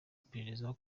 iperereza